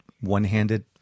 one-handed